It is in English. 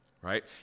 right